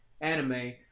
anime